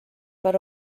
per